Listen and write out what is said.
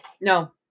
no